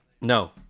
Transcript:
No